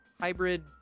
hybrid